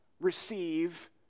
receive